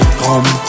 come